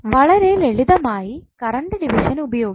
വളരെ ലളിതമായി current division ഉപയോഗിക്കു